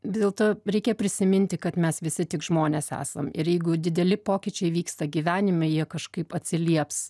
dėl to reikia prisiminti kad mes visi tik žmonės esam ir jeigu dideli pokyčiai vyksta gyvenime jie kažkaip atsilieps